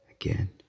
again